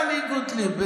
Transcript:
טלי גוטליב,